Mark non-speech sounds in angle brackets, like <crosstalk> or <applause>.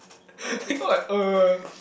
<laughs> then I go like uh